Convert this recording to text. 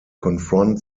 confront